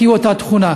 כי היא אותה תכונה.